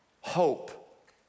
hope